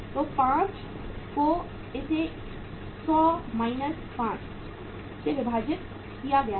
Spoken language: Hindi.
तो 5 को इस 100 5 से विभाजित किया गया है